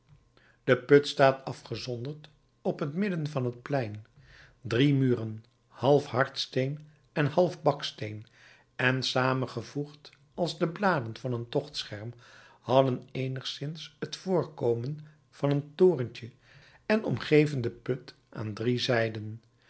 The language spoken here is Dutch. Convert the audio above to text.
de put staat afgezonderd op t midden van het plein drie muren half hardsteen en half baksteen en samengevoegd als de bladen van een tochtscherm hadden eenigszins t voorkomen van een torentje en omgeven den put aan drie zijden